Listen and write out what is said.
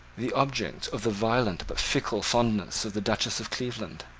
the object of the violent but fickle fondness of the duchess of cleveland.